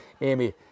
Amy